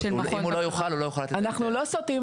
אבל אם אין חובה של מכון בקרה.